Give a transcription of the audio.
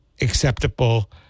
acceptable